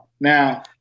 Now